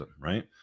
right